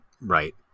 right